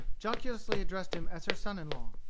jocosely addressed him as her son-in-law.